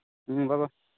ꯎꯝ ꯕꯕꯥꯏ